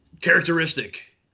characteristic